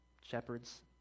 shepherds